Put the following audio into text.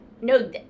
No